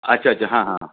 अच्छा अच्छा हां